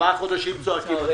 ארבעה חודשים צועקים.